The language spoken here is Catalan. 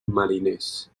mariners